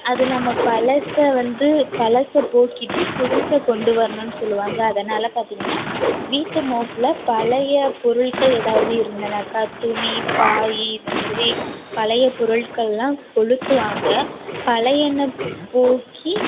அது நம்ம பழசை வந்து பழசை போக்கிவிட்டு புதுசை கொண்டு வரணும்ன்னு சொல்லுவாங்க அதனால் பார்த்திங்கனா வீட்டு மோப்புல பழைய பொருள்கள் எதாவது இருந்ததுனாக்கா துணி பாய் இந்தமாதிரி பழைய பொருட்கள்லாம் கொளுத்துவாங்க பழையன போக்கி